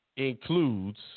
includes